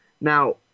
Now